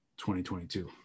2022